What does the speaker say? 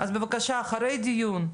אז בבקשה אחרי הדיון,